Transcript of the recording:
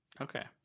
okay